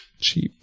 cheap